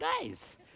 guys